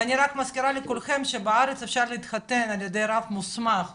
אני רק מזכירה לכולכם שבארץ אפשר להתחתן על ידי רב מוסמך במדינה,